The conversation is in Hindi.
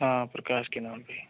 हाँ प्रकाश के नाम पर ही